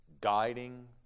guiding